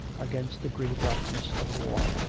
against the greater darkness of the wall.